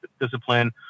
discipline